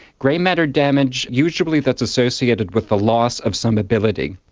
grey matter damage usually that's associated with the loss of some ability.